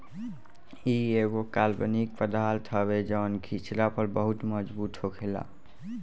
इ एगो कार्बनिक पदार्थ हवे जवन खिचला पर बहुत मजबूत होखेला